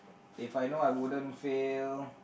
if I know I wouldn't fail